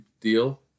deal